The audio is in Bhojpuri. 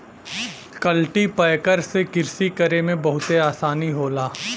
कल्टीपैकर से कृषि करे में बहुते आसानी होला